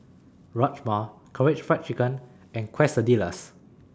Rajma Karaage Fried Chicken and Quesadillas